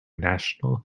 national